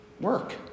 work